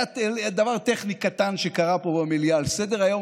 היה דבר טכני קטן שקרה פה במליאה: על סדר-היום